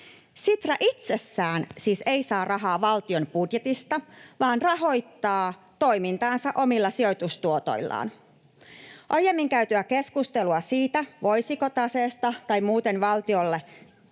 Sitra itsessään siis ei saa rahaa valtion budjetista vaan rahoittaa toimintaansa omilla sijoitustuotoillaan. Aiemmin on käyty keskustelua siitä, voisiko taseesta tai muuten antaa valtiolle